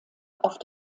auf